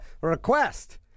request